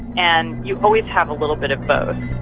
and you always have a little bit of both.